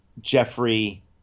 Jeffrey